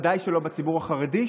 בוודאי שלא בציבור החרדי,